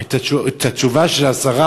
את התשובה של השרה.